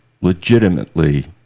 legitimately